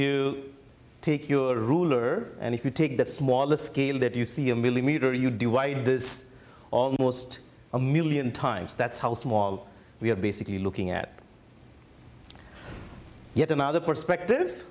you take your ruler and if you take that smaller scale that you see a millimeter you divide this almost a million times that's how small we have basically looking at yet another perspective